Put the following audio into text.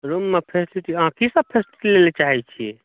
रूममे फैसिलिटी अहाँ कीसभ फैसिलिटी लय लेल चाहैत छियै